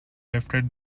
lifted